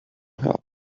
help